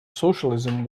socialism